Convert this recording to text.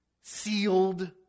Sealed